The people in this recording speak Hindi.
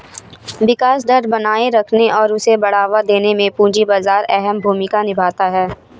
विकास दर बनाये रखने और उसे बढ़ावा देने में पूंजी बाजार अहम भूमिका निभाता है